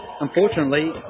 Unfortunately